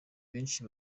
benshi